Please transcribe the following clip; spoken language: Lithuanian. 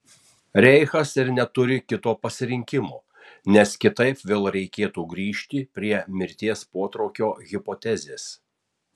reichas ir neturi kito pasirinkimo nes kitaip vėl reikėtų grįžti prie mirties potraukio hipotezės